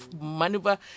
maneuver